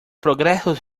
congresos